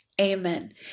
amen